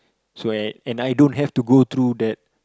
so and and I don't have to go through that